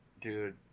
Dude